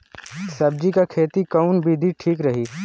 सब्जी क खेती कऊन विधि ठीक रही?